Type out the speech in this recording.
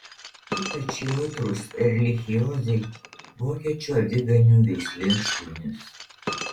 ypač jautrūs erlichiozei vokiečių aviganių veislės šunys